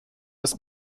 des